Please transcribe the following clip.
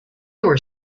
were